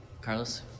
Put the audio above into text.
Carlos